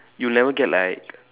you'll never get like